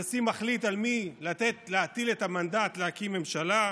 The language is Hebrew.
הנשיא מחליט על מי להטיל את המנדט להקים ממשלה,